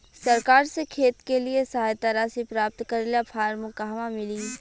सरकार से खेत के लिए सहायता राशि प्राप्त करे ला फार्म कहवा मिली?